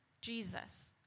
Jesus